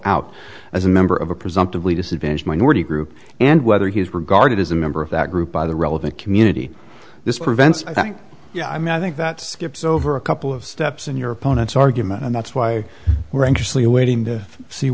out as a member of a presumptively disadvantaged minority group and whether he is regarded as a member of that group by the relevant community this prevents i think yeah i mean i think that skips over a couple of steps in your opponent's argument and that's why we're anxiously awaiting to see